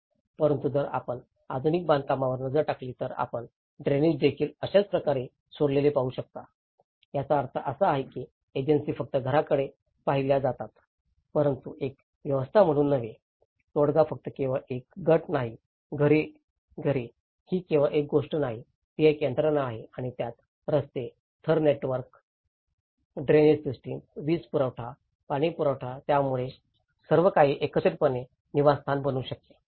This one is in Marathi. परंतु जर आपण आधुनिक बांधकामांवर नजर टाकली तर आपण ड्रेनेजदेखील अशाच प्रकारे सोडलेले पाहू शकता ज्याचा अर्थ असा आहे की एजन्सी फक्त घराकडे पाहिल्या जातात परंतु एक व्यवस्था म्हणून नव्हे तोडगा फक्त केवळ एक गट नाही घरे ही केवळ एक गोष्ट नाही ती एक यंत्रणा आहे आणि त्यात रस्ता थर नेटवर्क ड्रेनेज सिस्टम वीज पुरवठा पाणीपुरवठा त्यामुळे सर्व काही एकत्रितपणे निवासस्थान बनू शकते